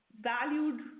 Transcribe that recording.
valued